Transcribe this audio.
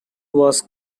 was